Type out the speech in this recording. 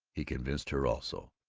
he convinced her also,